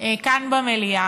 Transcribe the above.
כאן במליאה,